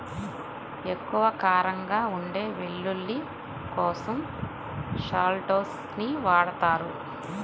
ఎక్కువ కారంగా ఉండే వెల్లుల్లి కోసం షాలోట్స్ ని వాడతారు